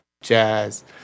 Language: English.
jazz